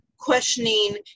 questioning